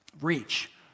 reach